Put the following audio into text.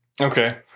okay